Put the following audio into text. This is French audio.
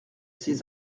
ses